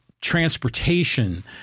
transportation